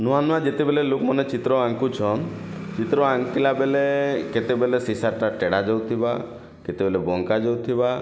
ନୂଆ ନୂଆ ଯେତେବେଲେ ଲୋକ୍ମାନେ ଚିତ୍ର ଆଙ୍କୁଛନ୍ ଚିତ୍ର ଆଙ୍କିଲା ବେଲେ କେତେବେଲେ ଶିଶାଟା ଟେଢ଼ା ଯାଉ ଥିବା କେତେବେଲେ ବଙ୍କା ଯାଉଥିବା